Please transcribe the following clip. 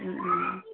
ও ও